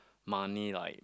money like